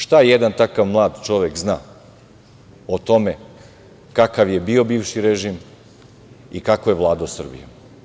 Šta jedan takav mlad čovek zna o tome kakav je bio bivši režim i kako je vladao Srbijom?